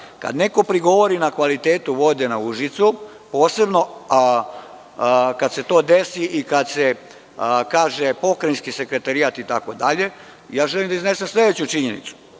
Kad neko prigovori na kvalitet vode u Užicu, posebno kad se to desi i kada se kaže – pokrajinski sekretarijat itd, želim da iznesem sledeću činjenicu.